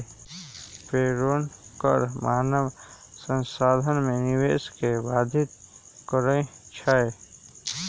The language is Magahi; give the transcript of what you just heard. पेरोल कर मानव संसाधन में निवेश के बाधित करइ छै